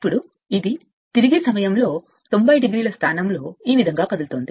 ఇప్పుడు అది వస్తుంది అనుకుందాం అది ఆ సమయంలో 90 o తిరుగుతుంది ఈ స్థానం ఈ విధంగా కదులుతోంది